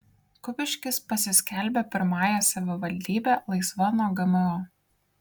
kupiškis pasiskelbė pirmąją savivaldybe laisva nuo gmo